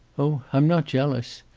oh, i'm not jealous!